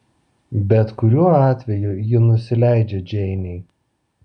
bet kuriuo atveju ji nusileidžia džeinei